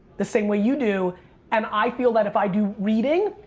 the same way you do and i feel that if i do reading.